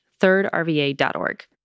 thirdrva.org